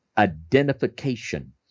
identification